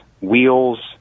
wheels